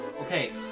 Okay